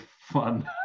fun